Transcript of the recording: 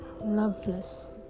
loveless